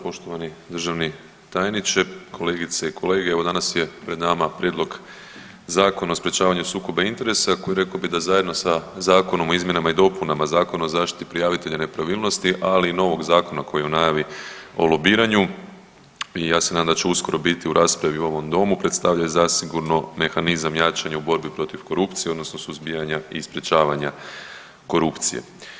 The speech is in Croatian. Poštovani državni tajniče, kolegice i kolege, evo danas je pred nama prijedlog Zakona o sprječavanju sukoba interesa koji rekao bi da zajedno sa Zakonom o izmjenama i dopunama Zakona o zaštiti prijavitelja nepravilnosti, ali i novog zakona koji je u najavi o lobiranju i ja se nadam da će uskoro biti u raspravi u ovom domu, predstavlja i zasigurno mehanizam jačanja u borbi protiv korupcije odnosno suzbijanja i sprječavanja korupcije.